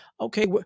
Okay